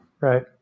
Right